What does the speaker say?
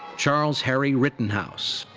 charles harry rittenhouse.